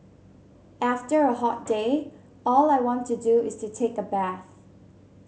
after a hot day all I want to do is to take a bath